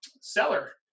seller